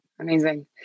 Amazing